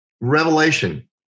Revelation